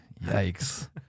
yikes